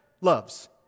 loves